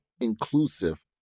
inclusive